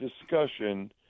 discussion